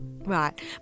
Right